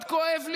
מאוד כואב לי,